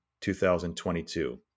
2022